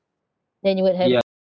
then you will have